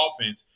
offense